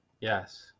yes